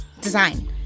Design